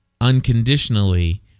unconditionally